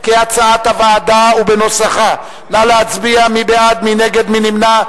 35 בעד, 61 נגד, אין נמנעים.